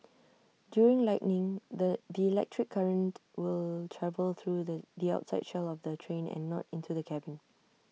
during lightning the the electric current will travel through the the outside shell of the train and not into the cabin